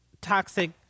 toxic